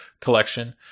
collection